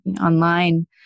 online